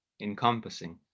Encompassing